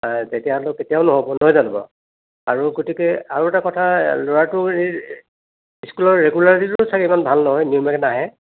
তেতিয়াহ'লে কেতিয়াও নহ'ব নহয় জানো বাৰু আৰু গতিকে আৰু এটা কথা ল'ৰাটো এই স্কুলৰ ৰেগুলাৰলিটিটোও চাগৈ ইমান ভাল নহয় নিয়মীয়াকৈ নাহে